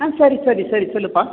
ஆ சரி சரி சரி சொல்லுப்பா